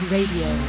Radio